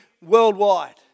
Worldwide